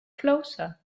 closer